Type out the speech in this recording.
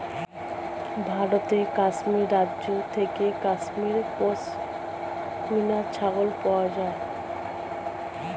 ভারতের কাশ্মীর রাজ্য থেকে কাশ্মীরি পশমিনা ছাগল পাওয়া যায়